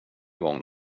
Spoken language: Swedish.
gång